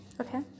okay